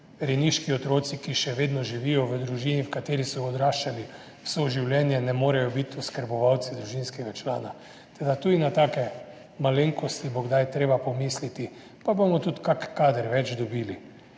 rejniški otroci, ki še vedno živijo v družini, v kateri so odraščali vse življenje, ne morejo biti oskrbovalci družinskega člana. Tudi na take malenkosti bo kdaj treba pomisliti in bomo tudi dobili kak kader več.